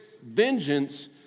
Vengeance